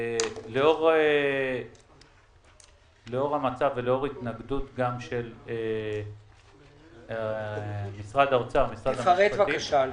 לאור המצב ולאור התנגדות של משרד האוצר ומשרד המשפטים --- תפרט בבקשה,